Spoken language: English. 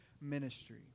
ministry